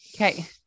Okay